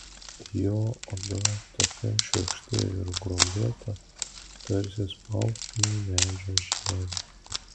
jo oda tokia šiurkšti ir gruoblėta tarsi spaustumei medžio žievę